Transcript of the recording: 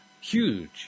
Huge